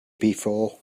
before